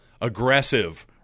aggressive